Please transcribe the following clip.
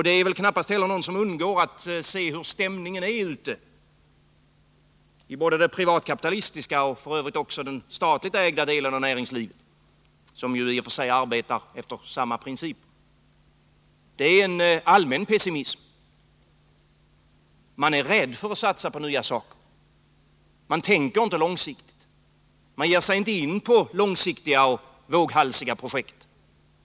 Det är knappast heller någon som undgår att se hur stämningen är ute i det privatkapitalistiska näringslivet och f. ö. också inom den statligt ägda delen av näringslivet, som i och för sig arbetar efter samma principer. Det råder en allmän pessimism. Där finns rädsla för att satsa på nya saker. Man tänker inte långsiktigt och ger sig inte in på långsiktiga och våghalsiga projekt.